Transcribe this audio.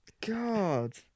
god